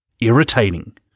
irritating